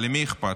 אבל למי אכפת?